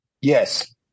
Yes